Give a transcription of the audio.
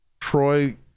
Troy